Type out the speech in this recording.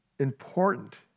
important